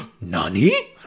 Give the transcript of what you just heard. Nani